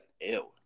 Ew